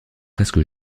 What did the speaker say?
presque